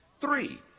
three